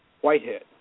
Whitehead